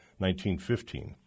1915